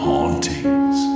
Hauntings